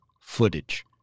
footage